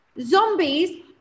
Zombies